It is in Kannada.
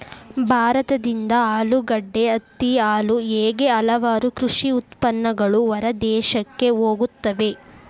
ಭಾರತದಿಂದ ಆಲೂಗಡ್ಡೆ, ಹತ್ತಿ, ಹಾಲು ಹೇಗೆ ಹಲವಾರು ಕೃಷಿ ಉತ್ಪನ್ನಗಳು ಹೊರದೇಶಕ್ಕೆ ಹೋಗುತ್ತವೆ